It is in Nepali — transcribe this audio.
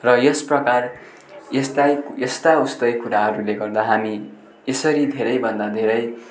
र यसप्रकार यस्ता यस्ता यस्तै कुराहरूले गर्दा हामी यसरी धेरैभन्दा धेरै